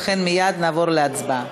ולכן מייד נעבור להצבעה.